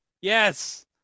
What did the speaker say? Yes